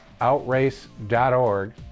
outrace.org